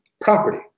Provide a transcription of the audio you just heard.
property